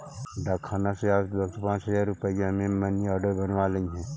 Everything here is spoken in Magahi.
डाकखाना से आवित वक्त पाँच हजार रुपया ले मनी आर्डर बनवा लइहें